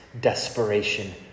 desperation